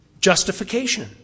Justification